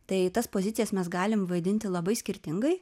tai tas pozicijas mes galim vaidinti labai skirtingai